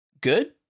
good